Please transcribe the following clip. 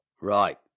Right